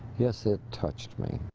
yes, it touched me.